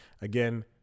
Again